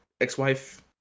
ex-wife